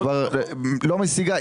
היא לא משיגה.